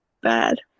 bad